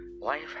life